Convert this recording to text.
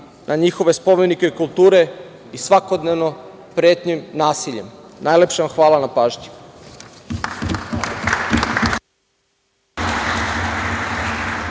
na njihove spomenike kulture i svakodnevnim pretnjama nasiljem. Najlepše vam hvala na pažnji.